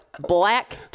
Black